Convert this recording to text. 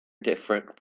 different